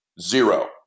Zero